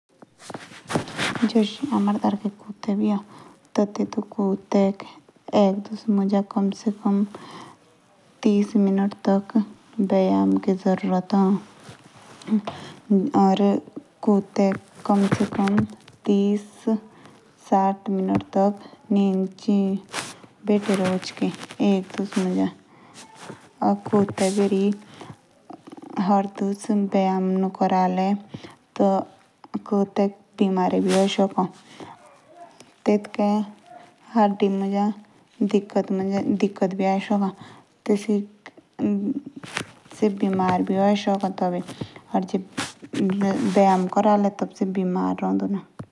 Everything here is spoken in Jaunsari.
जेश हमारे डार्के कुतो। ते तेतुक कुतेक एक दस मुज बी ए। कम से कम तीस मिनट टीके व्यायाम पडा कराना।